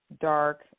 dark